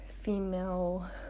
female